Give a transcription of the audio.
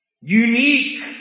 Unique